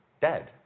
dead